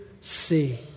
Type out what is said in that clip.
see